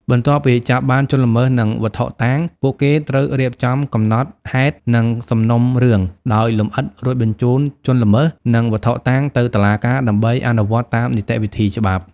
បន្ទាប់ពីចាប់បានជនល្មើស និងវត្ថុតាង ពួកគេត្រូវរៀបចំ កំណត់ហេតុ និងសំណុំរឿង ដោយលម្អិត រួចបញ្ជូនជនល្មើស និងវត្ថុតាងទៅតុលាការដើម្បីអនុវត្តតាមនីតិវិធីច្បាប់។